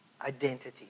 Identity